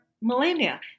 millennia